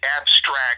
abstract